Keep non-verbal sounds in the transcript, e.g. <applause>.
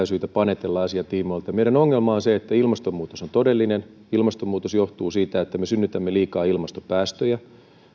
<unintelligible> syytä panetella asian tiimoilta meidän ongelmamme on se että ilmastonmuutos on todellinen ilmastonmuutos johtuu siitä että me synnytämme liikaa ilmastopäästöjä